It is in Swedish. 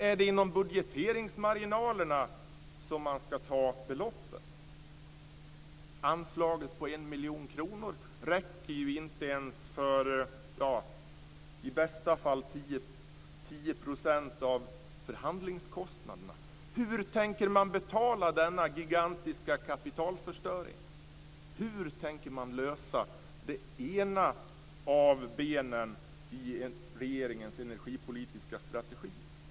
Är det inom budgeteringsmarginalerna som man skall ta beloppet? Anslaget på 1 miljon kronor räcker ju i bästa fall till 10 % av förhandlingskostnaderna. Hur tänker man betala denna gigantiska kapitalförstöring? Hur tänker man lösa finansieringen av det ena av benen i regeringens energipolitiska strategi.